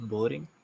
Boring